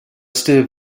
still